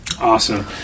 Awesome